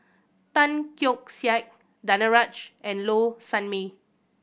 Tan Keong Saik Danaraj and Low Sanmay